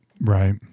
Right